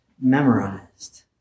memorized